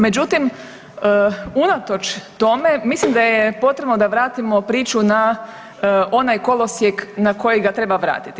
Međutim, unatoč tome, mislim da je potrebno da vratimo priču na onaj kolosijek na kojeg ga treba vratiti.